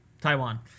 Taiwan